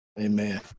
Amen